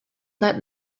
that